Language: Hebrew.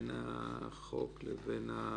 בין החוק לבין התקנות.